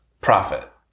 profit